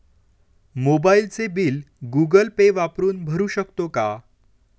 मोबाइलचे bill Google Pay वापरून भरू शकतो का?